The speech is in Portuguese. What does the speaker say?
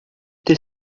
ter